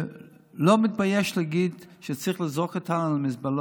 שלא מתבייש להגיד שצריך לזרוק אותנו למזבלות.